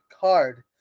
card